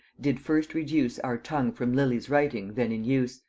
did first reduce our tongue from lilly's writing then in use,